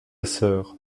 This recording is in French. sœur